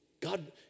God